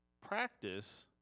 practice